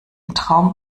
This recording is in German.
traum